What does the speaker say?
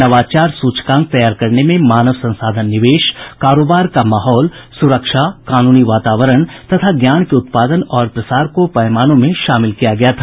नवाचार सूचकांक तैयार करने में मानव संसाधन निवेश कारोबार का माहौल सुरक्षा कानूनी वातावरण तथा ज्ञान के उत्पादन और प्रसार को पैमानों में शामिल किया गया था